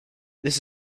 this